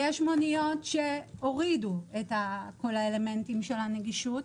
יש מוניות שהורידו את כל האלמנטים של הנגישות.